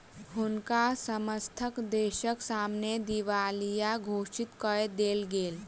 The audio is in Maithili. हुनका समस्त देसक सामने दिवालिया घोषित कय देल गेल